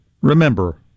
remember